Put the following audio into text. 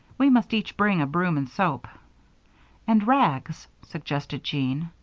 we must each bring a broom, and soap and rags, suggested jean.